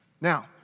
Now